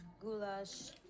goulash